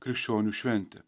krikščionių šventę